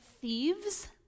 thieves